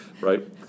Right